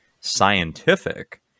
scientific